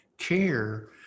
care